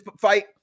fight